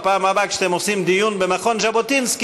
שבפעם הבאה שאתם עושים דיון במכון ז'בוטינסקי,